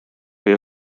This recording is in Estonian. kui